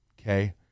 Okay